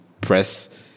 press